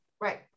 Right